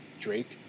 Drake